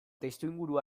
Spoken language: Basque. testuinguru